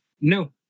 No